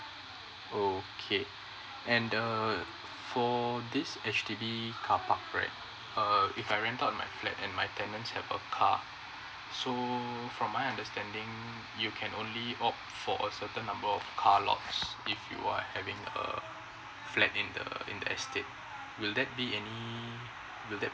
okay and uh for this H_D_B car park right uh if I rent out my flat and my tenant have a car so from my understanding you can only opt for a certain number of car lots if you are having uh flat in the in that state will that be any will that